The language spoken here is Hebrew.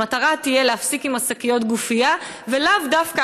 והמטרה תהיה להפסיק עם שקיות הגופייה ולאו דווקא